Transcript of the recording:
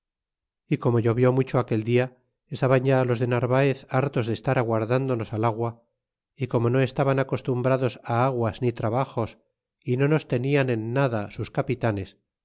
y como llovió mucho aquel dia estaban ya los de narvaez hartos de estar aguardándonos al agua y como no estaban acostumbrados aguas ni trabajos y no nos tenian en nada sus capitanes